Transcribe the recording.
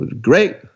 great